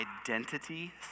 identity